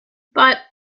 but